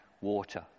water